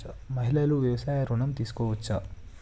మహిళలు వ్యవసాయ ఋణం తీసుకోవచ్చా?